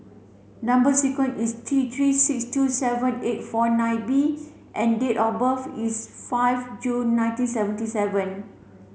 number sequence is T three six two seven eight four nine B and date of birth is five June nineteen seventy seven